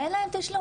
אין להן תשלום.